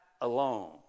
alone